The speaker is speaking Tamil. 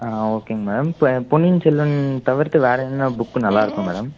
ஆ ஓகேங்க மேம் இப்போ பொன்னியின் செல்வன் தவிர்த்து வேறு எதுன்னா புக்கு நல்லாயிருக்குமா மேடம்